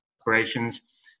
operations